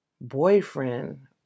boyfriend